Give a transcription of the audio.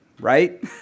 right